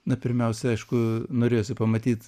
na pirmiausia aišku norėjosi pamatyt